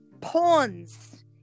pawns